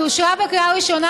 היא אושרה בקריאה ראשונה,